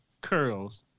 Curls